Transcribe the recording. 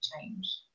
change